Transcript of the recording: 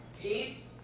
Cheese